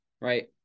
right